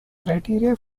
criteria